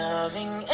Loving